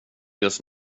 just